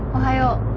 i'll